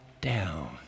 down